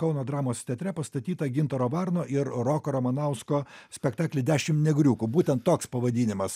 kauno dramos teatre pastatytą gintaro varno ir roko ramanausko spektaklį dešim negriukų būtent toks pavadinimas